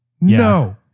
no